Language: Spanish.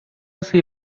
así